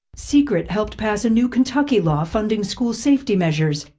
secret helped pass a new kentucky law funding school safety measures.